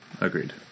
Agreed